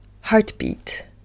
heartbeat